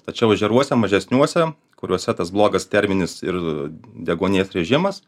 tačiau ežeruose mažesniuose kuriuose tas blogas terminis ir deguonies režimas